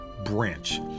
Branch